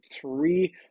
three